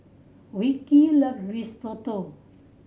Vickey loves Risotto